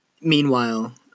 Meanwhile